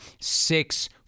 Six